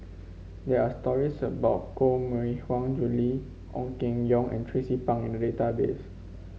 there are stories about Koh Mui Hiang Julie Ong Keng Yong and Tracie Pang in the database